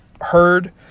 heard